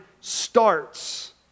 starts